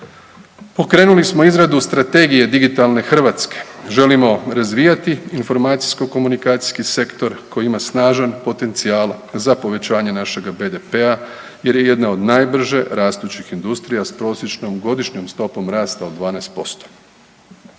Pokrenuli smo izradu Strategije digitalne Hrvatske, želimo razvijati informacijsko-komunikacijski sektor koji ima snažan potencijal za povećanje našega BDP-a jer je jedna od najbrže rastućih industrija s prosječnom godišnjom stopom rasta od 12%.